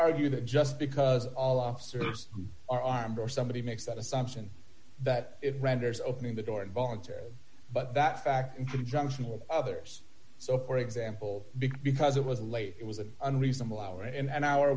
argue that just because all officers are armed or somebody makes that assumption that if there's opening the door and voluntary but that fact in conjunction with others so for example big because it was late it was an unreasonable hour and hour